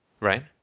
Right